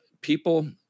people